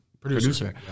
producer